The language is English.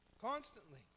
Constantly